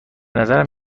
نظرم